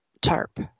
tarp